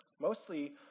Mostly